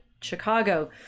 Chicago